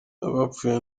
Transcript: abapfuye